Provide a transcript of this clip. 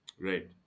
Right